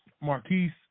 Marquise